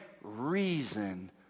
reason